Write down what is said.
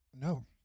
No